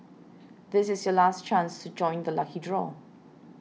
this is your last chance to join the lucky draw